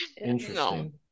Interesting